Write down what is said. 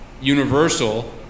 universal